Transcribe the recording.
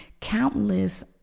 countless